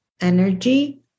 energy